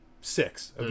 six